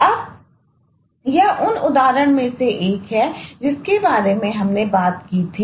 अब यह उन उदाहरण में से एक है जिसके बारे में हमने बात की थी